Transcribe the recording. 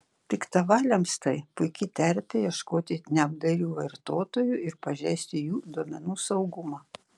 piktavaliams tai puiki terpė ieškoti neapdairių vartotojų ir pažeisti jų duomenų saugumą